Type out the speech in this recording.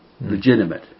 legitimate